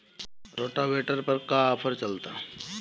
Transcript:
Rotavator पर का offer चलता?